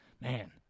man